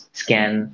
scan